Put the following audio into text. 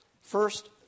First